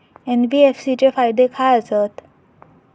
NBFC चे फायदे खाय आसत?